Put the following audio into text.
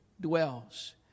dwells